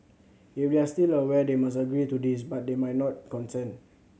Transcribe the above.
if they are still aware they must agree to this but they might not consent